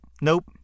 Nope